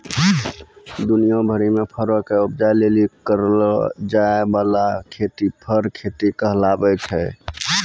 दुनिया भरि मे फरो के उपजा लेली करलो जाय बाला खेती फर खेती कहाबै छै